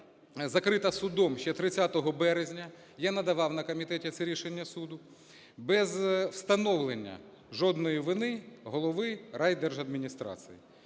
закрита судом ще 30 березня (я надавав на комітеті це рішення суду) без встановлення вини голови райдержадміністрації.